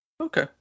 Okay